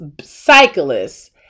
cyclists